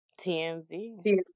TMZ